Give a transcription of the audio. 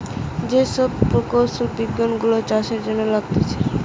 যে সব প্রকৌশলী বিজ্ঞান গুলা চাষের জন্য লাগতিছে